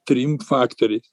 trim faktoriais